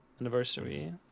anniversary